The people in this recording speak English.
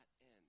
end